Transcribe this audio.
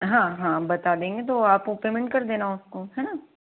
हाँ हाँ बता देंगे तो आप वह पेमेंट कर देना उसको है ना